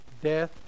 Death